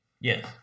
Yes